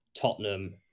Tottenham